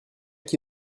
qui